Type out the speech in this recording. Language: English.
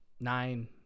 nine